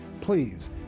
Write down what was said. please